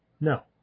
no